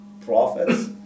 prophets